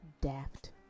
Daft